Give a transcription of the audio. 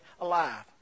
alive